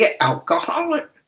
alcoholic